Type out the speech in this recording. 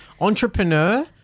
entrepreneur